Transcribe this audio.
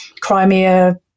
Crimea